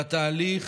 והתהליך